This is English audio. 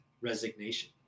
Resignation